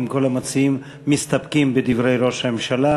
אם כל המציעים מסתפקים בדברי ראש הממשלה,